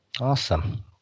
Awesome